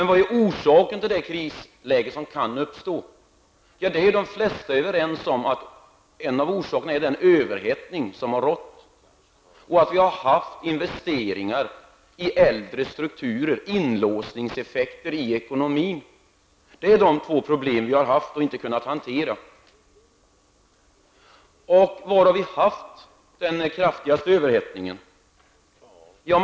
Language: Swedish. Vad är då orsaken till det krisläge som kan komma att uppstå? De flesta är överens om att en av orsakerna är den överhettning som har rått. Det har dessutom gjorts investeringar i äldre strukturer, vilket har gett inlåsningseffekter i ekonomin. Detta är de två problem som vi inte har kunnat hantera. Var har då den kraftigaste överhettningen förekommit?